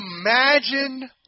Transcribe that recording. imagine